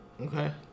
Okay